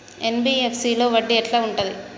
NBFC లో వడ్డీ ఎట్లా ఉంటది?